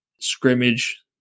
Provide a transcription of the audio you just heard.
scrimmage